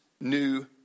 new